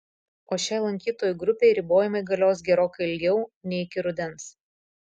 o šiai lankytojų grupei ribojimai galios gerokai ilgiau nei iki rudens